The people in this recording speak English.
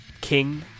king